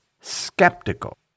skeptical